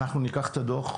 אנחנו ניקח את הדוח,